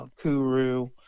kuru